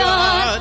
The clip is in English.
God